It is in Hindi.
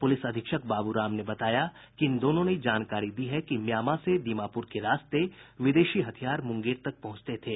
पूलिस अधीक्षक बाबू राम ने बताया कि इन दोनों ने जानकारी दी है कि म्यामां से दीमापुर के रास्ते विदेशी हथियार मुंगेर तक पहुंचते थे